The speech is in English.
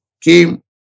came